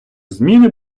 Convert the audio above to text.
зміни